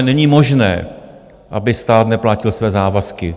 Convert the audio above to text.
Není možné, aby stát neplatil své závazky.